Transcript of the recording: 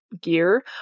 gear